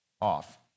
off